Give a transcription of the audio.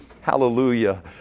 Hallelujah